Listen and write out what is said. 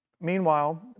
Meanwhile